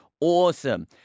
awesome